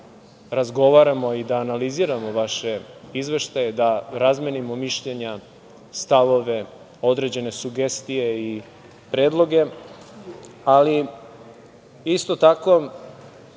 razgovaramo i da analiziramo vaše izveštaje, da razmenimo mišljenja, stavove, određene sugestije i predloge, ali isto tako